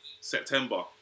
September